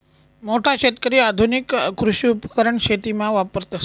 मोठा शेतकरी आधुनिक कृषी उपकरण शेतीमा वापरतस